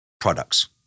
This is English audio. products